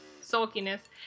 sulkiness